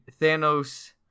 Thanos